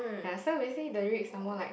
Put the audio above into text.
ya so basically the lyrics are more like